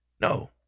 No